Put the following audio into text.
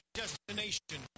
destination